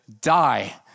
die